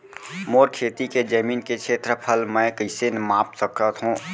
मोर खेती के जमीन के क्षेत्रफल मैं कइसे माप सकत हो?